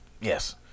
Yes